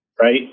right